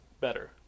better